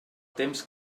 temps